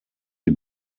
die